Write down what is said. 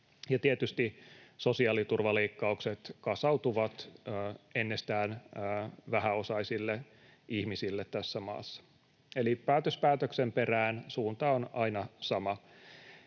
tietysti sosiaaliturvaleikkaukset kasautuvat ennestään vähäosaisille ihmisille tässä maassa. Eli päätös päätöksen perään, suunta on aina sama.